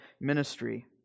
ministry